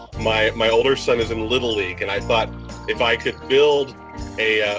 my my older son is in little league and i thought if i could build a